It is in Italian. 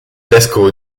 vescovo